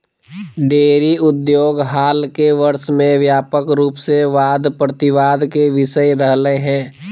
dairy उद्योग हाल के वर्ष में व्यापक रूप से वाद प्रतिवाद के विषय रहलय हें